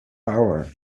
power